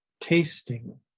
tasting